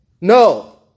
No